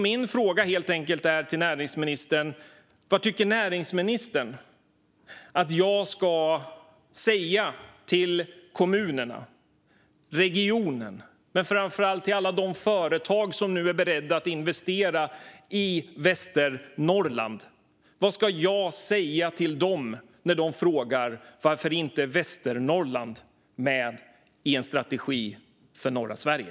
Min fråga till näringsministern är helt enkelt: Vad tycker näringsministern att jag ska säga till kommunerna, regionerna och framför allt alla de företag som nu är beredda att investera i Västernorrland? Vad ska jag säga till dem när de frågar varför Västernorrland inte är med i en strategi för norra Sverige?